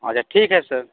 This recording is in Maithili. अच्छा ठीक है सर